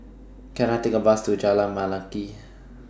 Can I Take A Bus to Jalan Mendaki